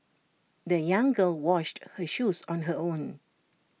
the young girl washed her shoes on her own